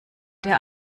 der